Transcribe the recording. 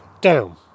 down